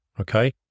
okay